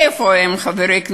איפה הם, חברי הכנסת?